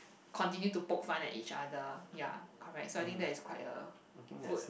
continue to poke fun at each other ya correct so I think that is quite a good